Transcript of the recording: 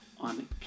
on